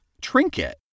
trinket